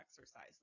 exercise